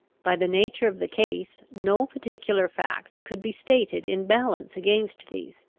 by the nature of the case, no particular facts could be stated in balance against these.